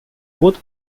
both